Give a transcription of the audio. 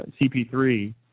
CP3